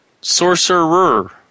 Sorcerer